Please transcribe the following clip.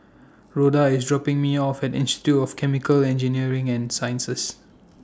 Rhoda IS dropping Me off At Institute of Chemical Engineering and Sciences